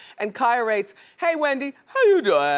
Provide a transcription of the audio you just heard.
and kaia writes, hi wendy, how you doin'?